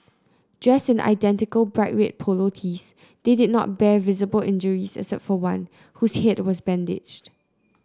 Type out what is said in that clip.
dressed in identical bright red polo tees they did not bear visible injuries except for one whose head was bandaged